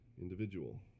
individual